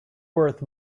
worth